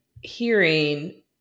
hearing